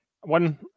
one